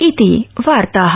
इति वार्ताः